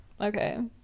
okay